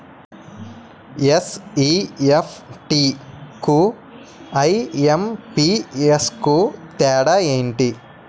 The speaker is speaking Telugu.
ఎన్.ఈ.ఎఫ్.టి కు ఐ.ఎం.పి.ఎస్ కు తేడా ఎంటి?